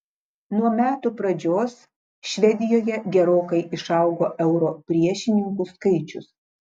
nuo metų pradžios švedijoje gerokai išaugo euro priešininkų skaičius